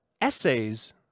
Essays